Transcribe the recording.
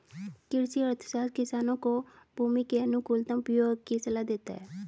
कृषि अर्थशास्त्र किसान को भूमि के अनुकूलतम उपयोग की सलाह देता है